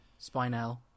Spinel